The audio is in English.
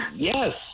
Yes